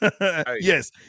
Yes